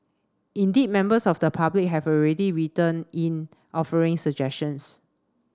indeed members of the public have already written in offering suggestions